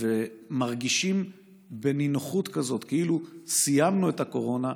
ומרגישים בנינוחות כזאת כאילו סיימנו את הקורונה,